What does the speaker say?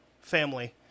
family